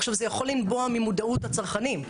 עכשיו, זה יכול לנבוע ממודעות הצרכנים.